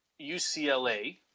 UCLA